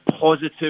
positive